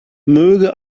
möge